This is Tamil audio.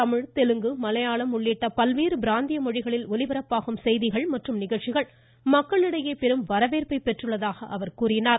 தமிழ் தெலுங்கு மலையாளம் உள்ளிட்ட பல்வேறு பிராந்திய மொழிகளில் ஒலிபரப்பாகும் செய்திகள் மற்றும் நிகழ்ச்சிகள் மக்களிடையே பெரும் வரவேற்பை பெற்றுள்ளதாக அவர் கூறினார்